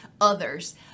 others